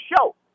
show